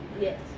Yes